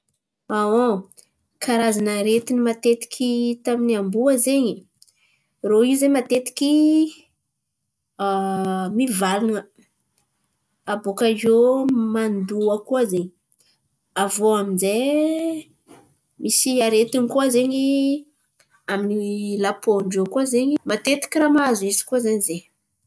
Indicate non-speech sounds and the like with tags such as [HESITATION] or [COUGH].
[HESITATION] karazan̈a aretin̈y fahita matetiky amin'ny amboa zen̈y, irô io zen̈y matetiky [HESITATION] malaky mivalan̈a abôkaiô mandoa koa zen̈y, avô aminjay, misy aretin̈y koa zen̈y amin'ny lapôn-drô koa zen̈y matetiky raha mahazo izy koa zen̈y- zen̈y.